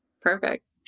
Perfect